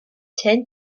ten